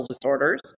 disorders